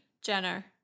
Jenner